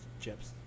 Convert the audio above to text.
chips